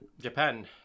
Japan